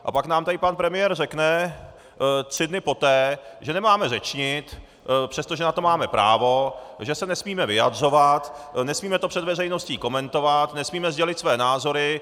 A pak nám tady pan premiér řekne tři dny poté, že nemáme řečnit, přestože na to máme právo, že se nesmíme vyjadřovat, nesmíme to před veřejností komentovat, nesmíme sdělit svoje názory.